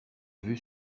vue